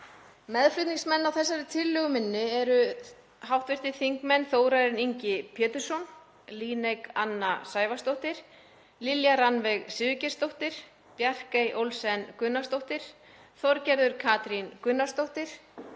Meðflutningsmenn á þessari tillögu minni eru hv. þingmenn Þórarinn Ingi Pétursson, Líneik Anna Sævarsdóttir, Lilja Rannveig Sigurgeirsdóttir, Bjarkey Olsen Gunnarsdóttir, Þorgerður Katrín Gunnarsdóttir,